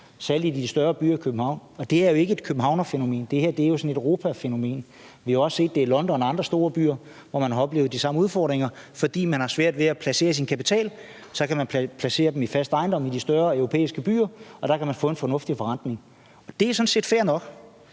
særlig i de større byer som København. Det her er jo ikke et københavnerfænomen, det her er sådan et europafænomen. Vi har også set det i London og andre storbyer, hvor de har oplevet de samme udfordringer, fordi det er svært at placere sin kapital. Så kan man placere den i fast ejendom i de større europæiske byer, og der kan man få en fornuftig forrentning. Det er sådan set fair nok.